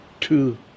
two